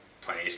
Plenty